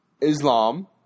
Islam